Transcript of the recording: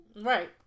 Right